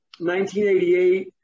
1988